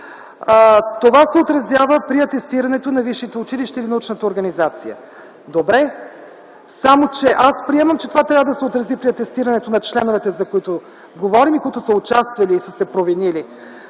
това се отразява при атестирането на висшето училище или научната организация. Добре, само че аз приемам, че това трябва да се отрази при атестирането на членовете, за които говорим и които са участвали и са се провинили